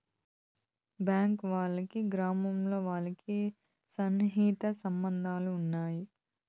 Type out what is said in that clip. bank వాళ్ళకి గ్రామాల్లో వాళ్ళకి సన్నిహిత సంబంధాలు ఉంటాయి